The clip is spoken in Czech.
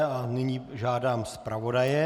A nyní požádám zpravodaje.